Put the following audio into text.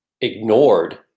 ignored